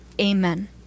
Amen